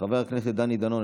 חבר הכנסת דני דנון,